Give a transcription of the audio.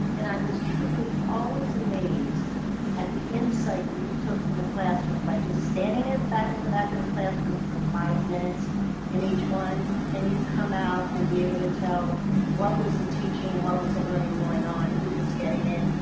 and i was truly always amazed at the insight you took from a classroom by just standing and in and the back of the classroom for five minutes in each one and you'd come out and be able to tell what was the teaching, what was the learning and on, and who was getting it,